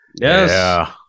Yes